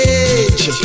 age